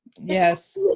Yes